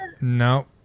No